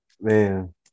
Man